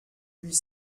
huit